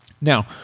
Now